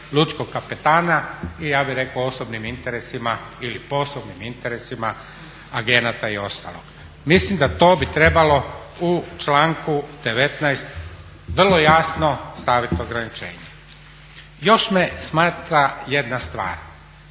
lučkog kapetana i ja bih rekao osobnim interesima ili poslovnim interesima agenata i ostalog. Mislim da to bi trebalo u članku 19. vrlo jasno staviti ograničenje. Još me smeta jedna stvar,